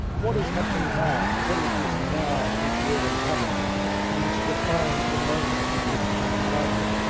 what is happening now? what is this now, which we'll inhabit and which defines the moment in which i am writing.